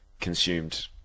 consumed